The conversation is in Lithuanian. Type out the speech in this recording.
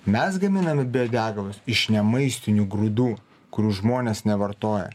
mes gaminame biodegalus iš ne maistinių grūdų kurių žmonės nevartoja